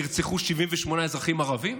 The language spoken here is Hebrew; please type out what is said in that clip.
נרצחו 78 אזרחים ערבים?